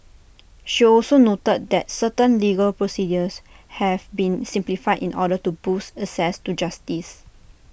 she also noted that certain legal procedures have been simplified in order to boost access to justice